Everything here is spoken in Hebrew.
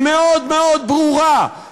היא מאוד מאוד ברורה,